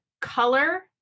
color